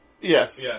Yes